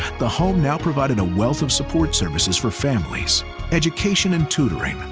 the home now provided a wealth of support services for families education and tutoring,